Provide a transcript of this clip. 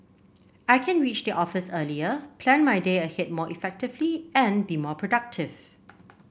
I can reach the office earlier plan my day ahead more effectively and be more productive